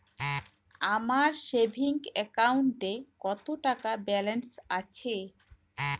আমার সেভিংস অ্যাকাউন্টে কত টাকা ব্যালেন্স আছে?